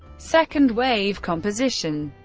second wave composition